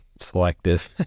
selective